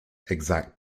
exact